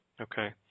Okay